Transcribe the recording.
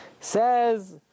Says